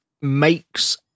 makes